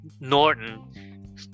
Norton